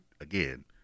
again